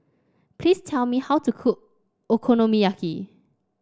please tell me how to cook Okonomiyaki